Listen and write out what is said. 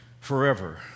forever